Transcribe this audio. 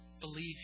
believe